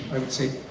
i would say,